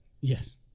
Yes